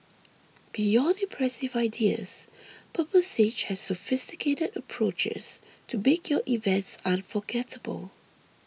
beyond impressive ideas Purple Sage has sophisticated approaches to make your events unforgettable